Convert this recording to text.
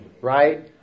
Right